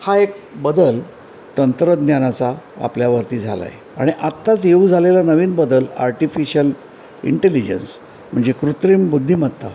हा एक बदल तंत्रज्ञानाचा आपल्यावरती झाला आहे आणि आत्ताच येऊ झालेला नवीन बदल आर्टिफिशल इंटेलिजन्स म्हणजे कृत्रिम बुद्धिमत्ता